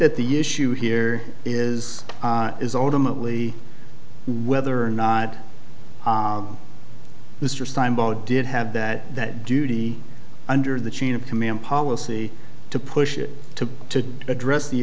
that the issue here is is ultimately whether or not mr steinberg did have that that duty under the chain of command policy to push it to to address the